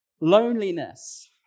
loneliness